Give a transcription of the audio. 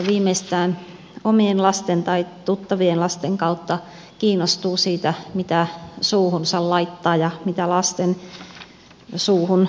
viimeistään omien lasten tai tuttavien lasten kautta kiinnostuu siitä mitä suuhunsa laittaa ja mitä lasten suuhun laitetaan